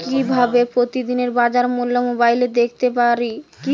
কিভাবে প্রতিদিনের বাজার মূল্য মোবাইলে দেখতে পারি?